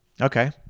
Okay